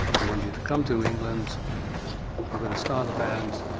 i want you to come to england, i'm gonna start a band,